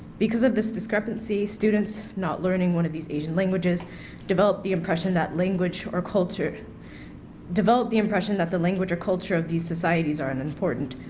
because of this discrepancy, students not learning one of these asian languages develop the impression that language or culture develop the impression that language or culture of these societies are unimportant.